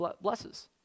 blesses